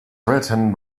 written